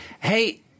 Hey